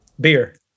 Beer